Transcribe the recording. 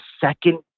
second